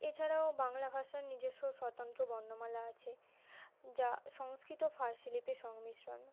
এছাড়াও বাংলা ভাষার নিজস্ব স্বতন্ত্র বর্ণমালা আছে যা সংস্কৃত ও ফারসি লিপির সংমিশ্রণ